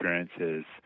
experiences